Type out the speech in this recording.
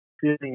feeling